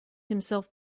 himself